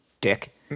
Dick